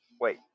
Wait